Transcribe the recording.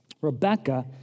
Rebecca